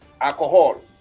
alcohol